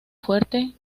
fuerte